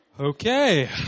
Okay